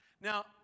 Now